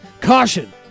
Caution